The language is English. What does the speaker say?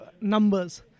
numbers